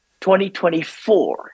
2024